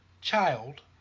child